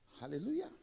Hallelujah